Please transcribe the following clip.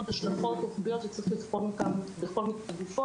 וההשלכות הרוחביות שצריכים לבחון אותן בכל מקרה לגופו